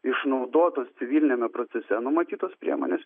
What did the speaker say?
išnaudotos civiliniame procese numatytos priemonės